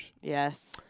yes